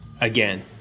again